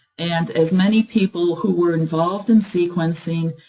and as many people who were involved in sequencing,